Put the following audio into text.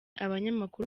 abanyamakuru